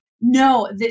No